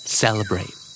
celebrate